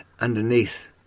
underneath